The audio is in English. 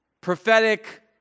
prophetic